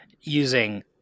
using